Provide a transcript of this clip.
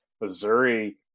Missouri